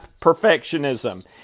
perfectionism